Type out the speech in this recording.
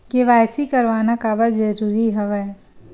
KYC करवाना काबर जरूरी हवय?